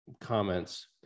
comments